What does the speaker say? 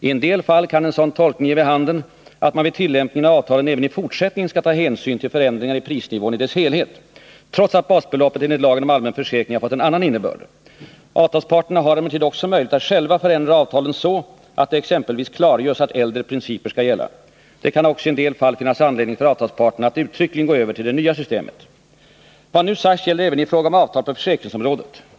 I en del fall kan en sådan tolkning ge vid handen att man vid tillämpningen av avtalen även i fortsättningen skall ta hänsyn till förändringarna i prisnivån i dess helhet, trots att basbeloppet enligt lagen om allmän försäkring har fått en annan innebörd. Avtalsparterna har emellertid också möjlighet att själva förändra avtalen så, att det exempelvis klargörs att äldre principer skall gälla. Det kan också i en del fall finnas anledning för avtalsparterna att uttryckligen gå över till det nya systemet. Vad nu har sagts gäller även i fråga om avtal på försäkringsområdet.